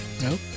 No